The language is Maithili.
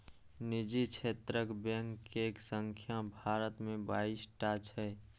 निजी क्षेत्रक बैंक के संख्या भारत मे बाइस टा छै